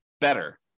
better